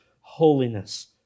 holiness